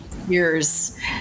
years